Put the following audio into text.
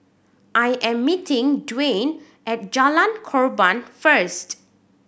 I am meeting Dwain at Jalan Korban first